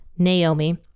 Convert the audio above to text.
Naomi